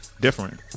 different